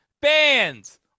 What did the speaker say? Bands